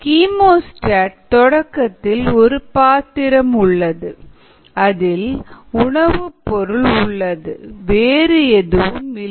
chemostat தொடக்கத்தில் ஒரு பாத்திரம் உள்ளது அதில் உணவுப் பொருள் உள்ளது வேறு எதுவும் இல்லை